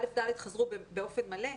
כיתות א'-ד' חזרו באופן מלא,